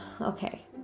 Okay